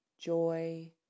joy